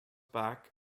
back